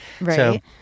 right